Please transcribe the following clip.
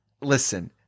listen